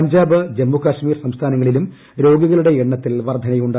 പഞ്ചാബ് ജമ്മു കശ്മീർ സംസ്ഥാനങ്ങളിലും രോഗികളുടെ എണ്ണത്തിൽ വർദ്ധനയുണ്ട്